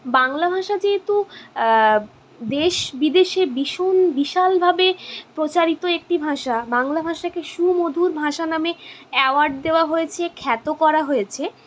বাংলা ভাষা যেহেতু দেশ বিদেশে ভীষণ বিশালভাবে প্রচারিত একটি ভাষা বাংলা ভাষাকে সুমধুর ভাষা নামে অ্যাওয়ার্ড দেওয়া হয়েছে খ্যাত করা হয়েছে